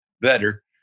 better